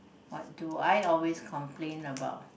what do I always complain about